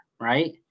right